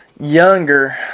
Younger